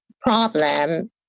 problem